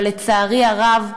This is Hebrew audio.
אבל לצערי הרב,